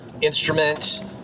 instrument